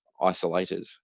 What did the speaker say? isolated